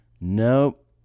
Nope